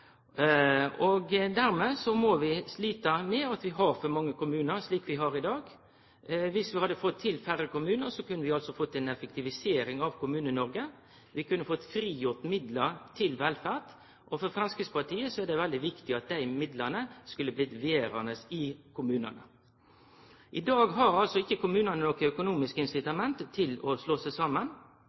kommunesamanslåingar. Dermed må vi slite med at vi har for mange kommunar, slik vi har i dag. Viss vi hadde fått til færre kommunar, kunne vi ha fått ei effektivisering av Kommune-Noreg. Vi kunne fått frigjort midlar til velferd, og for Framstegspartiet er det veldig viktig at dei midlane skulle bli verande i kommunane. I dag har ikkje kommunane noko økonomisk incitament til å slå seg saman.